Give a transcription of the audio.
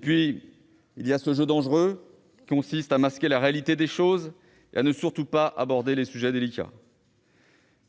Puis, il y a ce jeu dangereux, qui consiste à masquer la réalité des choses et à ne surtout pas aborder les sujets délicats.